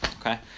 Okay